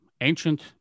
ancient